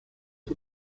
fue